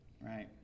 Right